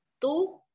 two